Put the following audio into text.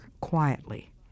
quietly